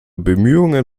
bemühungen